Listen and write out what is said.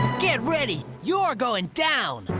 get ready. you're going down.